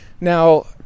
now